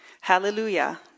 Hallelujah